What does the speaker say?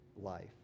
life